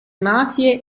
mafie